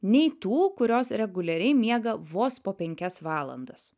nei tų kurios reguliariai miega vos po penkias valandas